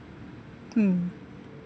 mm